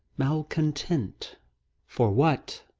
malcontent for what,